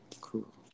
Cool